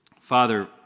Father